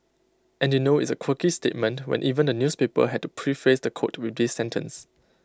and you know it's A quirky statement when even the newspaper had to preface the quote with this sentence